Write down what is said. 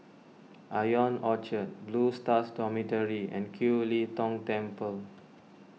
Ion Orchard Blue Stars Dormitory and Kiew Lee Tong Temple